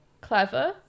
clever